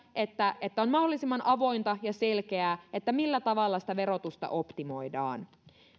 että että on mahdollisimman avointa ja selkeää millä tavalla verotusta optimoidaan